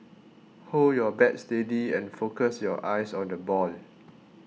hold your bat steady and focus your eyes on the ball